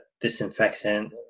disinfectant